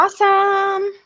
awesome